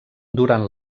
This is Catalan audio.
durant